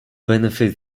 benefit